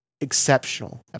exceptional